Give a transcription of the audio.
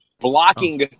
blocking